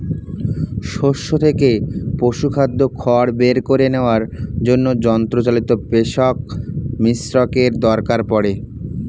শস্য থেকে পশুখাদ্য খড় বের করে নেওয়ার জন্য যন্ত্রচালিত পেষক মিশ্রকের দরকার পড়ে